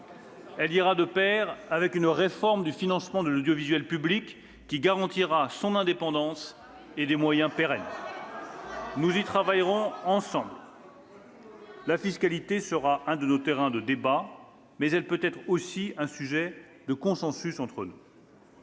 Elle ira de pair avec une réforme du financement de l'audiovisuel public, qui garantira son indépendance et des moyens pérennes. Nous y travaillerons ensemble. « La fiscalité sera l'un des sujets de nos débats, mais elle sera peut-être aussi un sujet de consensus entre nous.